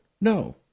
No